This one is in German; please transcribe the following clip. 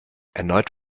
erneut